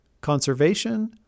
conservation